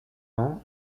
ans